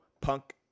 punk